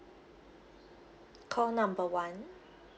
call number one